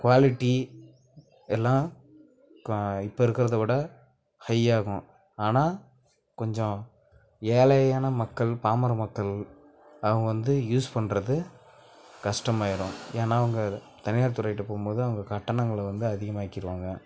quality எல்லாம் கா இப்போ இருக்கிறத விட ஹையாகும் ஆனால் கொஞ்சம் ஏழையான மக்கள் பாமர மக்கள் அவங்க வந்து யூஸ் பண்ணுறது கஷ்டமாயிரும் ஏன்னால் அவங்க தனியார் துறைகிட்ட போகும் போது அவங்க கட்டணங்களை வந்து அதிகமாக்கிடுவாங்க